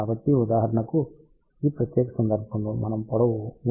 కాబట్టి ఉదాహరణకు ఈ ప్రత్యేక సందర్భంలో మనము పొడవు 3